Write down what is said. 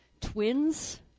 twins